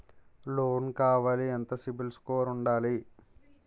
Loan కావాలి ఎంత CIBIL score ఉండాలి?